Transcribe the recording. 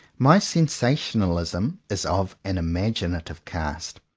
my sen sationalism is of an imaginative cast.